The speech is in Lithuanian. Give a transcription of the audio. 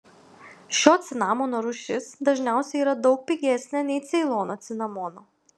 šio cinamono rūšis dažniausiai yra daug pigesnė nei ceilono cinamono